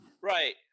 Right